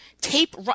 tape